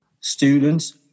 students